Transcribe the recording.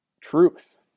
truth